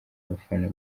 abafana